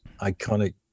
iconic